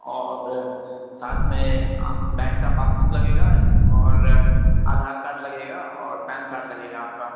اور ساتھ میں بینک کا پاس بک لگے گا اور آدھار کارڈ لگے گا اور پین کارڈ لگے گا آپ کا